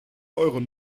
eure